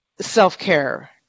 self-care